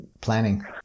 planning